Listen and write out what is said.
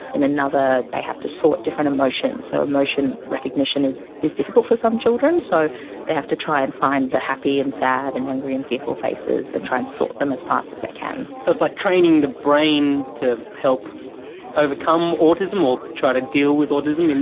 in another they have to sort different emotions, so emotion recognition is is difficult for some children, so they have to try and find the happy and sad and angry and fearful faces and try and sort them as fast as they can. so it's like training the brain to help overcome autism or try to deal with autism?